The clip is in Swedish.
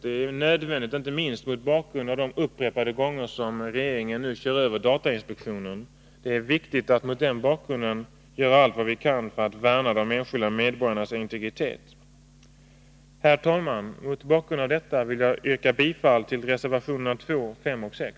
Detta är nödvändigt inte minst mot bakgrund av att regeringen nu upprepade gånger kört över datainspektionen. Det är viktigt att vi gör allt vad vi kan för att värna de enskilda medborgarnas integritet. Herr talman! Mot bakgrund av detta vill jag yrka bifall till reservationerna2, 5 och 6.